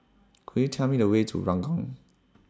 Could YOU Tell Me The Way to Ranggung